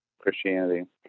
Christianity